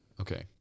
Okay